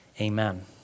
amen